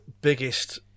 biggest